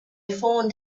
formed